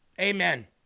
Amen